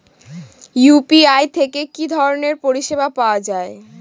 UPI থেকে কি ধরণের পরিষেবা পাওয়া য়ায়?